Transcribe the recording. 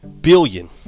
billion